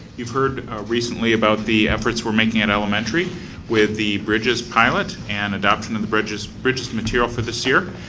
you've heard recently about the efforts we're making it elementary with the bridges pilot and the adoption of the bridges bridges material for this year.